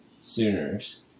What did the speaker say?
Sooners